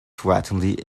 frighteningly